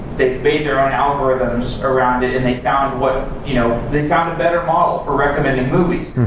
they made their own algorithms around it and they found what you know they found a better model for recommending movies.